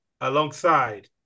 alongside